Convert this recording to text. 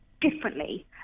differently